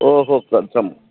हो हो